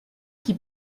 qui